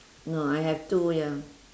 no I have two ya